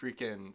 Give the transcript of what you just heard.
freaking